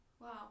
Wow